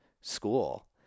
school